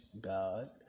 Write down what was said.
god